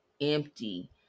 empty